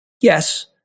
Yes